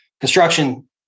construction